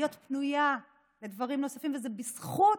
להיות פנויה לדברים נוספים, וזה בזכות